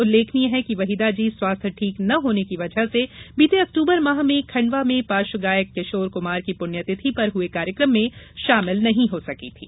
उल्लेखनीय है कि वहीदा जी स्वास्थ्य ठीक न होने की वजह से बीते अक्टूबर माह में खंडवा में पार्श्व गायक किशोर कुमार की पुण्यतिथि पर हुए कार्यक्रम में शामिल नहीं हो सकी थीं